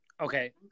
Okay